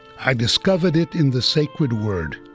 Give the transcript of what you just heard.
i discovered it in the sacred word.